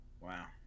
Wow